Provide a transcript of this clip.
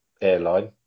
airline